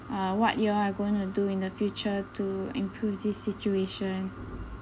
uh what you all are gonna do in the future to improve this situation